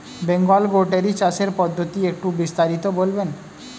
Bengal goatery চাষের পদ্ধতি একটু বিস্তারিত বলবেন?